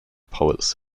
poets